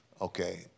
Okay